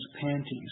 panties